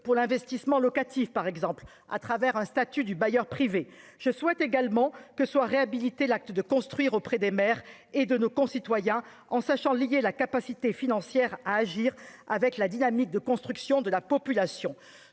pour l'investissement locatif par exemple à travers un statut du bailleur privé je souhaite également que soit réhabilitée l'acte de construire auprès des mères et de nos concitoyens, en sachant lier la capacité financière à agir avec la dynamique de construction de la population